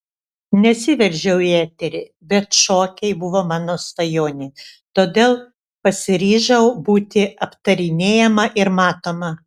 nesiveržiau į eterį bet šokiai buvo mano svajonė todėl pasiryžau būti aptarinėjama ir matoma